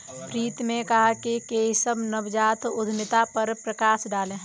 प्रीति ने कहा कि केशव नवजात उद्यमिता पर प्रकाश डालें